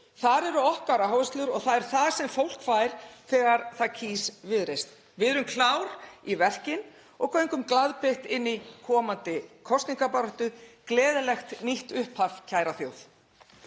Þar eru okkar áherslur og það er það sem fólk fær þegar það kýs Viðreisn. Við erum klár í verkin og göngum glaðbeitt inn í komandi kosningabaráttu. — Gleðilegt nýtt upphaf, kæra þjóð!